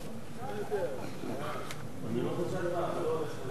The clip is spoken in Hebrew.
ההצעה להעביר את הצעת חוק זכויות לאנשים